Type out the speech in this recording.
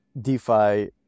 DeFi